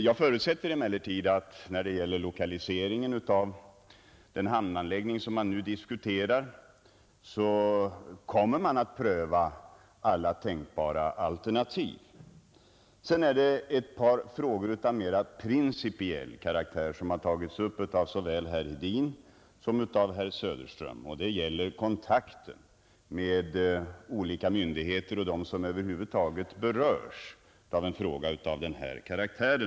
Jag förutsätter emellertid att man när det gäller lokaliseringen av den hamnanläggning, som nu är aktuell, kommer att pröva alla tänkbara alternativ. Sedan har ett par frågor av mera principiell karaktär tagits upp av såväl herr Hedin som herr Söderström. De gäller kontakten med olika myndigheter och med dem som över huvud taget berörs av en fråga av denna karaktär.